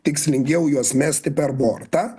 tikslingiau juos mesti per bortą